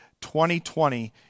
2020